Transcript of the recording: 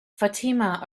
fatima